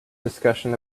discussion